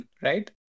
right